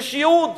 יש ייעוד,